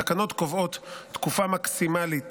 התקנות קובעות תקופה מקסימלית